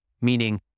meaning